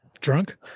Drunk